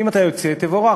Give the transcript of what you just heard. אם אתה יוצא, תבורך.